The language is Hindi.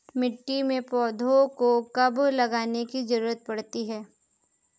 मिट्टी में पौधों को कब लगाने की ज़रूरत पड़ती है?